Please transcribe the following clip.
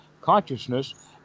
consciousness